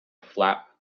flap